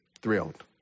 thrilled